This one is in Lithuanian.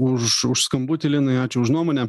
už už skambutį linai ačiū už nuomonę